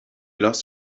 lost